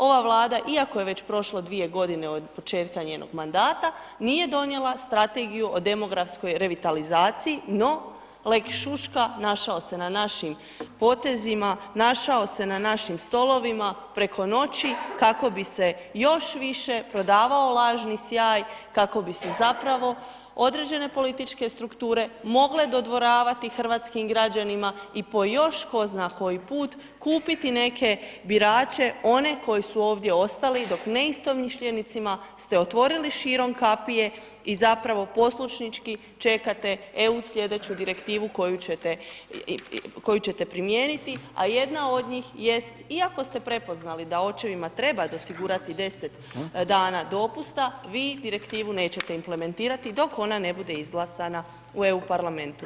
Ova Vlada iako je već prošlo 2 godine od početka njenog mandata nije donijela strategiju o demografskoj revitalizaciji, no lex šuška našao se na našim potezima, našao se na našim stolovima preko noći kako bi se još više prodavao lažni sjaj, kako bi se zapravo određene političke strukture mogle dodvoravati hrvatskim građanima i po još ko zna koji put kupiti neke birače, one koji su ovdje ostali dok neistomišljenicima ste otvorili širom kapije i zapravo poslušnički čekate EU slijedeću direktivu koju ćete, koju ćete primijeniti, a jedna od njih jest, iako ste prepoznali da očevima treba osigurati 10 dana dopusta vi direktivu nećete implementirati dok ona ne bude izglasana u EU parlamentu.